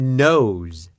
nose，